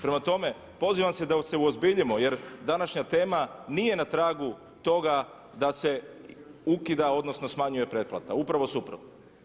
Prema tome, pozivam sve da se uozbiljimo jer današnja tema nije na tragu toga da se ukida odnosno smanjuje pretplata, upravo suprotno.